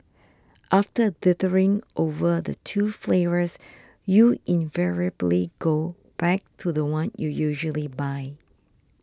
after dithering over the two flavours you invariably go back to the one you usually buy